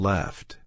Left